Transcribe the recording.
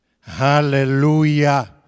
Hallelujah